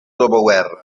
dopoguerra